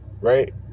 Right